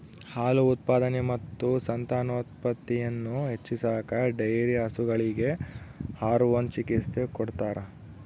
ಹಾಲು ಉತ್ಪಾದನೆ ಮತ್ತು ಸಂತಾನೋತ್ಪತ್ತಿಯನ್ನು ಹೆಚ್ಚಿಸಾಕ ಡೈರಿ ಹಸುಗಳಿಗೆ ಹಾರ್ಮೋನ್ ಚಿಕಿತ್ಸ ಕೊಡ್ತಾರ